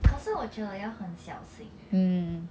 可是我觉得要很小心 eh